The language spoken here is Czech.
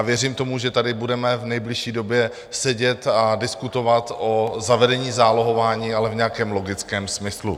Věřím tomu, že tady budeme v nejbližší době sedět a diskutovat o zavedení zálohování, ale v nějakém logickém smyslu.